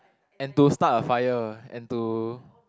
and to start a fire and to